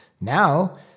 Now